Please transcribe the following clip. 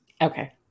Okay